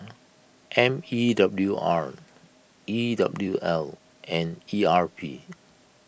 M E W R E W L and E R P